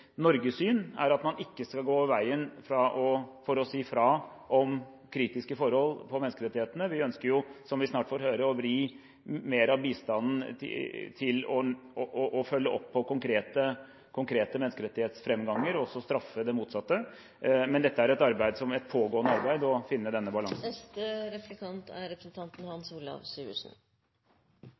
Norges syn er at man ikke skal gå av veien for å si fra om kritiske forhold knyttet til menneskerettighetene. Vi ønsker, som vi snart får høre, å vri mer av bistanden til å følge opp konkrete menneskerettighetsframganger og straffe det motsatte. Det er et pågående arbeid å finne denne balansen. Når det gjelder FN-reform og Sikkerhetsrådet, konkluderer jeg med at utenriksministeren ønsker en bedre representativitet, men er